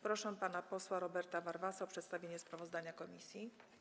Proszę pana posła Roberta Warwasa o przedstawienie sprawozdania komisji.